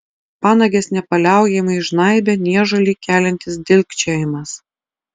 panages nepaliaujamai žnaibė niežulį keliantis dilgčiojimas